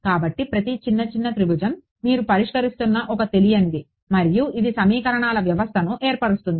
కాబట్టి ప్రతి చిన్న చిన్న త్రిభుజం మీరు పరిష్కరిస్తున్న ఒక తెలియనిది మరియు ఇది సమీకరణాల వ్యవస్థను ఏర్పరుస్తుంది